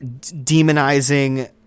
demonizing